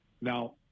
Now